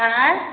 आँय